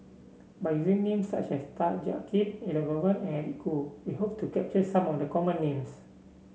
by using names such as Tan Jiak Kim Elangovan and Eric Khoo we hope to capture some of the common names